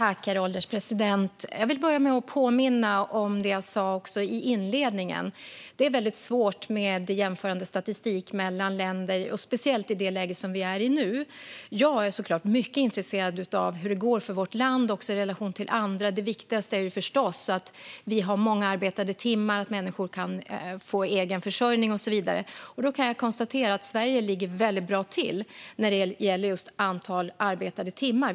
Herr ålderspresident! Jag vill börja med att påminna om det jag sa i inledningen. Det är väldigt svårt med jämförande statistik mellan länder, speciellt i det läge som vi är i nu. Jag är såklart mycket intresserad av hur det går för vårt land, även i relation till andra länder. Det viktigaste är förstås att vi har många arbetade timmar, att människor kan få egen försörjning och så vidare. Jag kan konstatera att Sverige ligger väldigt bra till när det gäller antalet arbetade timmar.